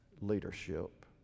leadership